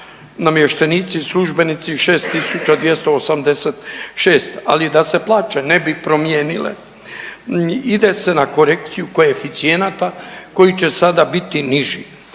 namještenici službenici 6286. Ali da se plaće ne bi promijenile ide se na korekciju koeficijenata koji će sada biti niži,